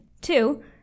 Two